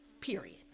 period